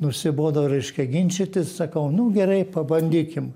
nusibodo reiškia ginčytis sakau nu gerai pabandykim